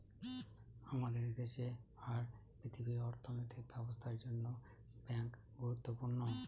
আমাদের দেশে আর পৃথিবীর অর্থনৈতিক ব্যবস্থার জন্য ব্যাঙ্ক গুরুত্বপূর্ণ